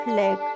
leg